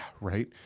right